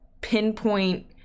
pinpoint